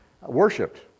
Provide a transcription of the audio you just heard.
worshipped